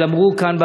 אבל אמרו כאן,